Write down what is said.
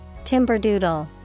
Timberdoodle